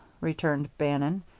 returned bannon,